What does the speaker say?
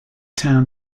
town